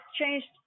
changed